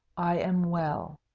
i am well,